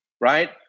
right